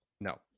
No